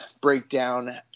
breakdown